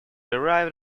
arrived